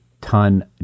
ton